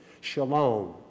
shalom